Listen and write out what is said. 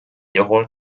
juhul